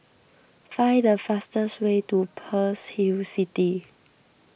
find the fastest way to Pearl's Hill City